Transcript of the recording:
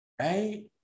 Right